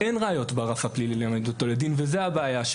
אין ראיות ברף הפלילי להעמיד אותו לדין וזו הבעיה.